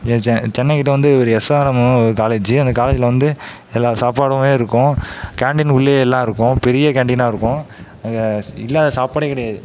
சென்னை கிட்ட வந்து ஒரு எஸ்ஆர்எம்மு ஒரு காலேஜ்ஜு அந்த காலேஜ்ஜில் வந்து எல்லா சாப்பாடுமே இருக்கும் கேண்டீன் உள்ளையே எல்லாம் இருக்கும் பெரிய கேண்டீன்னா இருக்கும் அங்கே இல்லாத சாப்பாடே கிடையாது